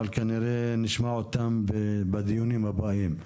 אבל כנראה נשמע אותם בדיונים הבאים.